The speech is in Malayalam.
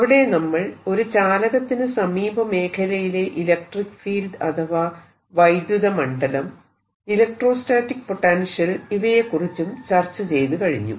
അവിടെ നമ്മൾ ഒരു ചാലകത്തിനു സമീപ മേഖലയിലെ ഇലക്ട്രിക്ക് ഫീൽഡ് അഥവാ വൈദ്യുത മണ്ഡലം ഇലക്ട്രോസ്റ്റാറ്റിക് പൊട്ടൻഷ്യൽ ഇവയെക്കുറിച്ചും ചർച്ച ചെയ്തു കഴിഞ്ഞു